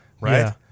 right